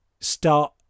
start